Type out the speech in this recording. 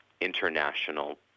international